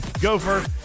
Gopher